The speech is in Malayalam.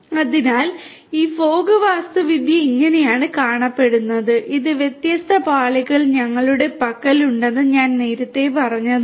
അതിനാൽ ഈ ഫോഗ് കമ്പ്യൂട്ടിംഗ് ഇങ്ങനെയാണ് കാണപ്പെടുന്നത് ഈ വ്യത്യസ്ത പാളികൾ ഞങ്ങളുടെ പക്കലുണ്ടെന്ന് ഞാൻ നേരത്തെ പറഞ്ഞതാണ്